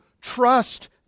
trust